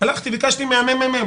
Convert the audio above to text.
הלכתי ביקשתי מהממ"מ,